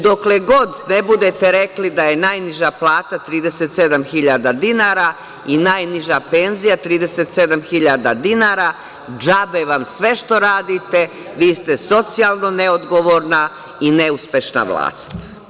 Dokle god ne budete rekli da je najniža plata 37.000 dinara i najniža penzija 37.000 dinara, džabe vam sve što radite, vi ste socijalno neodgovorna i neuspešna vlast.